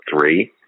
three